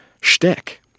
shtick